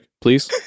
please